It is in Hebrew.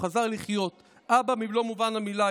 הוא חזר לחיות: אבא במלוא מובן המילה,